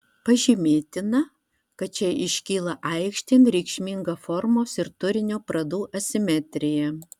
pažymėtina kad čia iškyla aikštėn reikšminga formos ir turinio pradų asimetrija